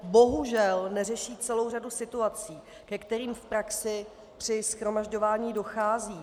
Bohužel neřeší celou řadu situací, ke kterým v praxi při shromažďování dochází.